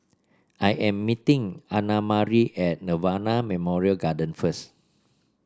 I am meeting Annamarie at Nirvana Memorial Garden first